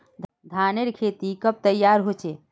धानेर खेती कब तैयार होचे?